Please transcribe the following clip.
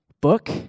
book